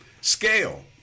scale